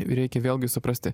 reikia vėlgi suprasti